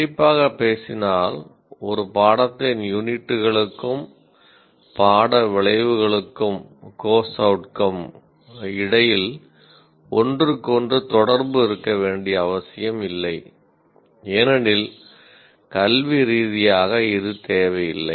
கண்டிப்பாக பேசினால் ஒரு பாடத்தின் யூனிட்டுகளுக்கும் பாட விளைவுகளுக்கும் இடையில் ஒன்றுக்கொன்று தொடர்பு இருக்க வேண்டிய அவசியமில்லை ஏனெனில் கல்வி ரீதியாக இது தேவையில்லை